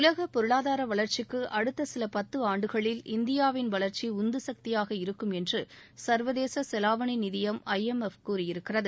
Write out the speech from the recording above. உலகப் பொருளாதார வளர்ச்சிக்கு அடுத்த சில பத்து ஆண்டுகளில் இந்தியாவின் வளர்ச்சி உந்து சக்தியாக இருக்கும் என்று சா்வதேச செலாவணி நிதியம் ஐ எம் எப் கூறியிருக்கிறது